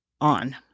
on